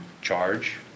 charge